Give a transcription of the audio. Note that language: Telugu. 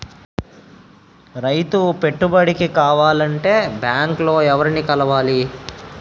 రైతు పెట్టుబడికి కావాలంటే బ్యాంక్ లో ఎవరిని కలవాలి?